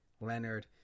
Leonard